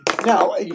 Now